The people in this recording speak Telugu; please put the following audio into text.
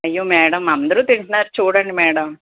అయ్యో మేడం అందరూ తింటున్నారు చూడండి మేడం